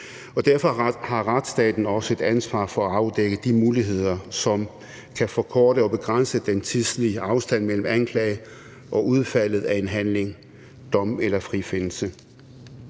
Derfor har retsstaten også et ansvar for at afdække de muligheder, som kan forkorte og begrænse den tidslige afstand mellem anklage og udfaldet af en handling, altså dom eller frifindelse.